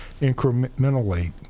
incrementally